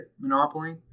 Monopoly